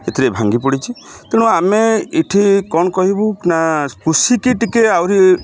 ସେଥିରେ ଭାଙ୍ଗି ପଡ଼ିଛି ତେଣୁ ଆମେ ଏଠି କ'ଣ କହିବୁ ନା କୃଷିକୁ ଟିକିଏ ଆହୁରି